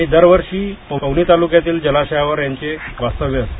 ते दरवर्षी पवनी तालुक्यातील जलाशयावर यांचे वास्तव्य असते